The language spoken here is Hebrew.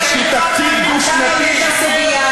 לא דובר אמת, משנה הכול.